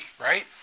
right